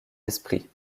esprit